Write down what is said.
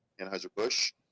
Anheuser-Busch